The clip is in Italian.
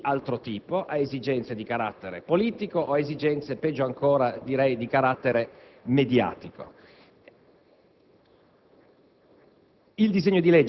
esigenze di altro tipo, a esigenze di carattere politico o, peggio ancora, di carattere mediatico.